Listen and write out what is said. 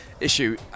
issue